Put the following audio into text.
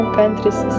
countries